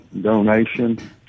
donation